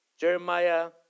Jeremiah